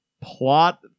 plot